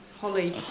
Holly